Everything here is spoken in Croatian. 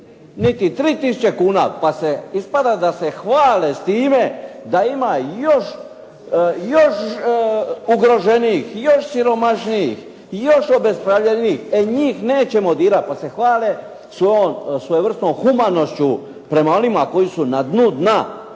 niti 3 tisuće kuna, pa se ispada da se hvale s time da ima još ugroženijih, još siromašnijih, još obespravljenijih. E njih nećemo dirati, pa se hvale svojevrsnom humanošću prema onima koji su na dnu dna